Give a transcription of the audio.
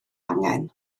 angen